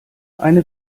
eine